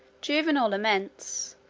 juvenal laments,